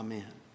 Amen